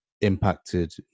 impacted